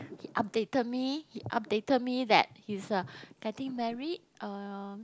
he updated me updated me that he is uh getting married uh